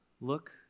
Look